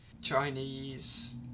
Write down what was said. Chinese